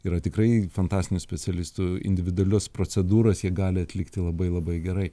yra tikrai fantastinių specialistų individualias procedūras jie gali atlikti labai labai gerai